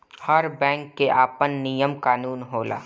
हर bank कअ आपन नियम कानून होला